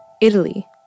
Italy